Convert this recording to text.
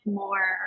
more